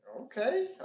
Okay